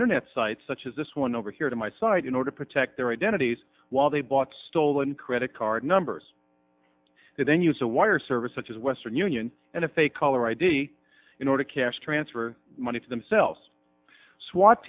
internet sites such as this one over here to my site in order to protect their identities while they bought stolen credit card numbers and then use a wire service such as western union and if a caller id in order cash transfer money to themselves swat